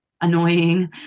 annoying